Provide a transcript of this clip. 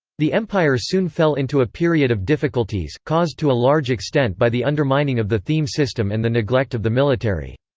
the empire soon fell into a period of difficulties, caused to a large extent by the undermining of the theme system and the neglect of the military.